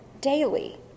daily